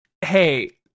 hey